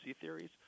theories